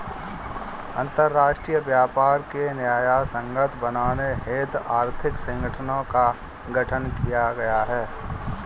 अंतरराष्ट्रीय व्यापार को न्यायसंगत बनाने हेतु आर्थिक संगठनों का गठन किया गया है